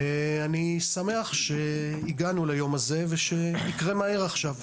אני שמח שהגענו ליום הזה, ושיקרה מהר עכשיו.